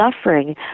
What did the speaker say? suffering